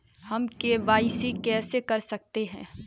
हम के.वाई.सी कैसे कर सकते हैं?